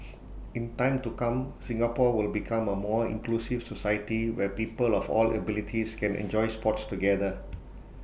in time to come Singapore will become A more inclusive society where people of all abilities can enjoy sports together